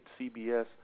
CBS